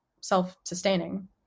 self-sustaining